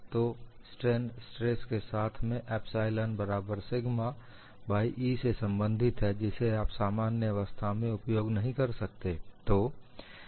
तो strain stress के साथ में एप्साइलन बराबर सिग्मा बाइ E से संबंधित हैं जिसे आप सामान्य अवस्था में उपयोग नहीं कर सकते